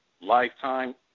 lifetime